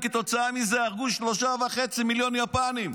ובעקבות זאת האמריקאים הרגו שלושה וחצי מיליון יפנים.